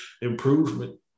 improvement